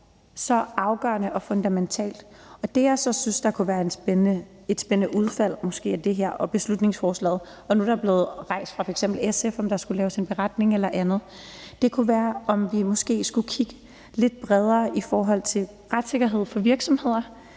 så afgørende og fundamentalt. Det, jeg så synes kunne være et spændende udfald af det her beslutningsforslag – og nu er det blevet rejst fra f.eks. SF's side, om der skulle laves en beretning eller andet – kunne være måske at kigge lidt bredere i forhold til retssikkerheden for virksomheder,